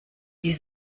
die